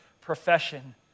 profession